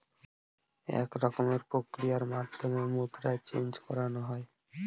এক রকমের প্রক্রিয়ার মাধ্যমে মুদ্রা চেন্জ করানো হয়